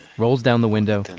rolls down the window,